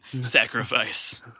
Sacrifice